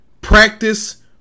practice